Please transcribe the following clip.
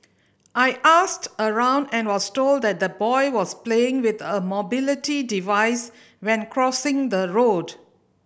I asked around and was told that the boy was playing with a mobility device when crossing the road